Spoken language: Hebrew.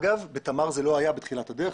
בתמר זה לא היה בתחילת הדרך.